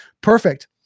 Perfect